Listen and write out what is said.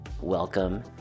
Welcome